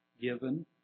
given